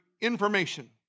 information